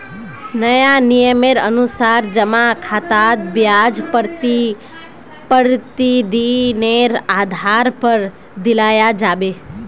नया नियमेर अनुसार जमा खातात ब्याज प्रतिदिनेर आधार पर दियाल जाबे